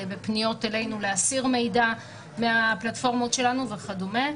בפניות אלינו להסיר מידע מהפלטפורמות שלנו וכדומה.